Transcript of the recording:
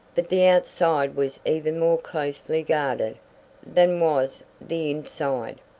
but the outside was even more closely guarded than was the inside,